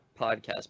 podcast